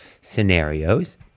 scenarios